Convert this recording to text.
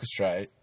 orchestrate